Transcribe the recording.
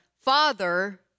father